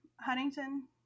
Huntington